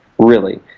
really.